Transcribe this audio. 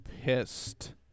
pissed